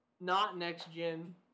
not-next-gen